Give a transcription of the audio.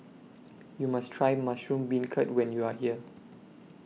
YOU must Try Mushroom Beancurd when YOU Are here